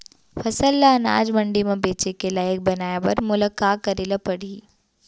फसल ल अनाज मंडी म बेचे के लायक बनाय बर मोला का करे ल परही?